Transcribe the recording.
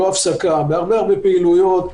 הפסקה בהרבה פעילויות,